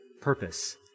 purpose